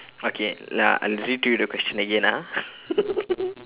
okay uh I read to you the question again ah